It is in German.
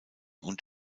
und